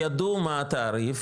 הם ידעו מה התעריף,